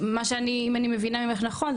אם אני מבינה ממך נכון,